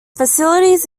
facilities